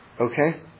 Okay